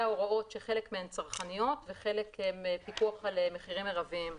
הוראות שחלק מהן צרכניות וחלק מהן פיקוח על מחירים מירביים.